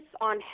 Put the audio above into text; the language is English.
on